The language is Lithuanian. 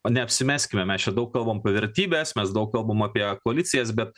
neapsimeskime mes čia daug kalbam apie vertybes mes daug kalbam apie koalicijas bet